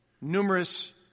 numerous